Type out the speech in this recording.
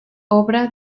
obra